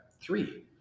Three